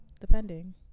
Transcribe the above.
depending